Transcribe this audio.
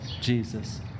Jesus